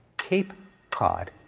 cape cod,